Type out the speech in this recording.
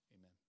Amen